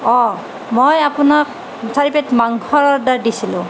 মই আপোনাক চাৰি প্লেট মাংসৰ অৰ্ডাৰ দিছিলোঁ